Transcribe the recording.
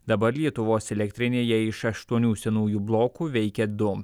dabar lietuvos elektrinėje iš aštuonių senųjų blokų veikia du